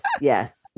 Yes